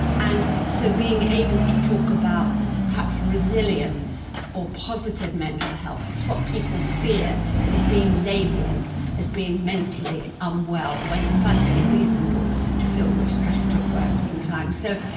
and so being able to talk about perhaps resilience or positive mental health, because what people fear is being labelled as being mentally unwell when it's perfectly reasonable to feel you are stressed at work sometimes. so,